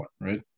right